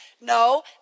No